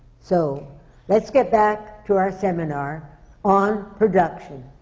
so let's get back to our seminar on production.